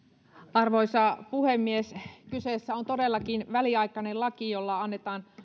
arvoisa puhemies kyseessä on todellakin väliaikainen laki jolla annetaan